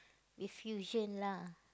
with fusion lah